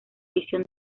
visión